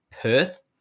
Perth